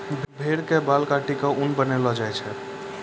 भेड़ के बाल काटी क ऊन बनैलो जाय छै